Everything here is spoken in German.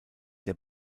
der